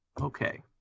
Okay